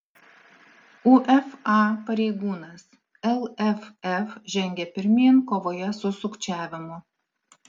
uefa pareigūnas lff žengia pirmyn kovoje su sukčiavimu